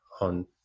on